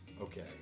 Okay